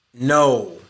No